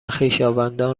خویشاوندان